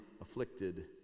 afflicted